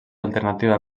alternativa